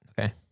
Okay